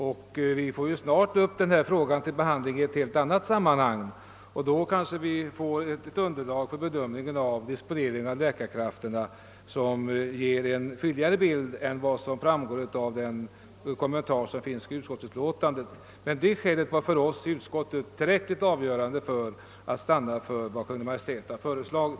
Den här frågan kommer snart att bli föremål för behandling i ett annat sammanhang, och då kanske vi får fram ett underlag för disponering av läkarkrafterna som ger en mera fullständig bild av läget än vad som framgår av kommentaren i utskottsutlåtandet. Men detta skäl räckte för ledamöterna i utskottet för att stanna vid vad Kungl. Maj:t har föreslagit.